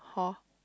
hor